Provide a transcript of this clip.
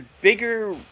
bigger